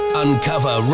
uncover